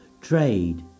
Trade